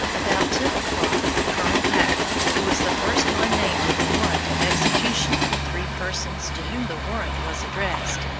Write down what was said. about ten o'clock, colonel hacker, who was the first one named in the warrant of execution of the three persons to whom the warrant was addressed,